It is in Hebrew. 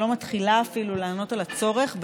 שלא מתחילה אפילו לענות על הצורך,